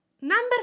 Number